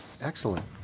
Excellent